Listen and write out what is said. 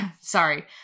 Sorry